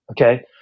okay